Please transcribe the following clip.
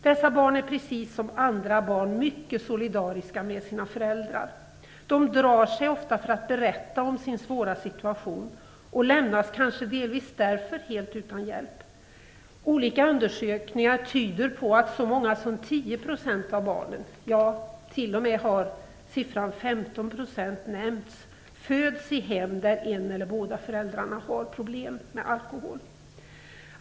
Dessa barn är precis som andra barn mycket solidariska med sina föräldrar. De drar sig ofta för att berätta om sin svåra situation och lämnas kanske delvis därför helt utan hjälp. Olika undersökningar tyder på att så många som 10 % av barnen - t.o.m. siffran 15 % har nämnts - föds i hem där en förälder eller båda föräldrarna har problem med alkohol.